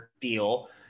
deal